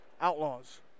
Outlaws